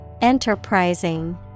Enterprising